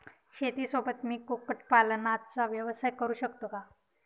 शेतीसोबत मी कुक्कुटपालनाचा व्यवसाय करु शकतो का?